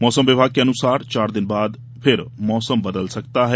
मौसम विभाग के अनुसार चार दिन बाद फिर मौसम बदल सकता है